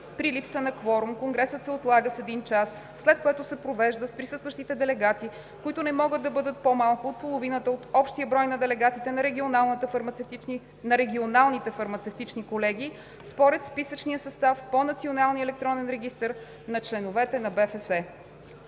При липса на кворум конгресът се отлага с един час, след което се провежда с присъстващите делегати, които не могат да бъдат по-малко от половината от общия брой на делегатите на регионалните фармацевтични колегии според списъчния състав по националния електронен регистър на членовете на БФС.“